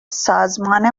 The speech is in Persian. سازمان